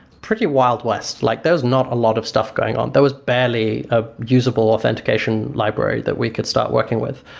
pretty wild west. like there's not a lot of stuff going on. there was barely a usable authentication library that we could start working with.